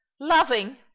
loving